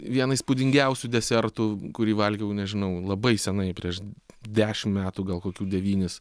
vieną įspūdingiausių desertų kurį valgiau nežinau labai senai prieš dešim metų gal kokių devynis